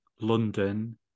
London